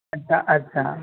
अच्छा अच्छा